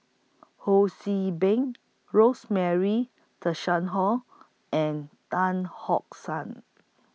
Ho See Beng Rosemary Tessensohn and Tan Hock San